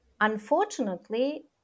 Unfortunately